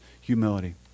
humility